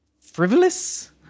frivolous